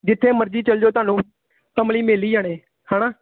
ਜਿੱਥੇ ਮਰਜ਼ੀ ਚਲ ਜਾਓ ਤੁਹਾਨੂੰ ਅਮਲੀ ਮਿਲ ਹੀ ਜਾਣੇ ਹੈ ਨਾ